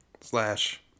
slash